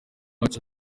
wacu